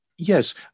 Yes